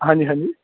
ਹਾਂਜੀ ਹਾਂਜੀ